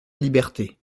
liberté